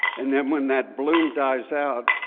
and then when that bloom dies out,